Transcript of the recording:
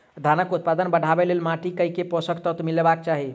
धानक उत्पादन बढ़ाबै लेल माटि मे केँ पोसक तत्व मिलेबाक चाहि?